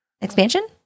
expansion